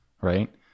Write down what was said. right